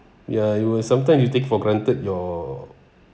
ya it was sometimes you take for granted your